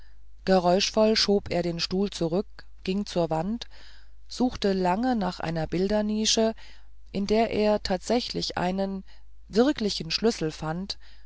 geräuschvoll schob er den stuhl zurück ging zur wand suchte lange in einer bildernische in der er tatsächlich einen wirklichen schlüssel fand